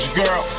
girl